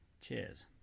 Cheers